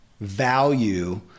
value